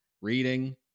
reading